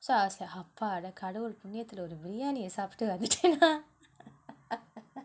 so I was like அப்பாடா கடவுள் புண்ணியத்துல ஒரு:appaadaa kadavul punniyathula oru briyani சாப்ட்டு வந்துட்டே:saappttu vanthuttae